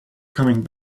coming